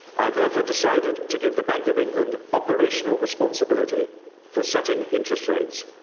i've therefore decided to give the bank of england operational responsibility for setting interest rates,